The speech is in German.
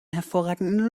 hervorragenden